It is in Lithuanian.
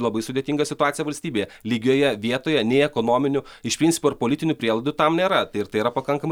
labai sudėtingą situaciją valstybėje lygioje vietoje nei ekonominių iš principo ir politinių prielaidų tam nėra tai ir tai yra pakankamai